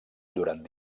durant